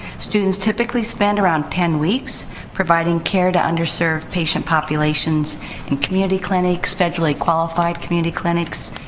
students typically spend around ten weeks providing care to underserved patient populations in community clinics, federally qualified community clinics,